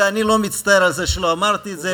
ואני לא מצטער על זה שלא אמרתי את זה.